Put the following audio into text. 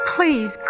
Please